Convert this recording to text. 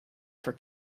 for